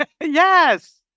Yes